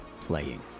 playing